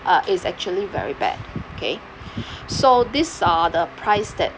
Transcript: uh it's actually very bad okay so this are the price that